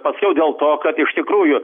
pasakiau dėl to kad iš tikrųjų